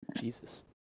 Jesus